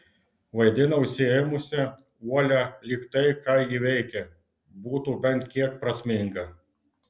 vaidina užsiėmusią uolią lyg tai ką ji veikia būtų bent kiek prasminga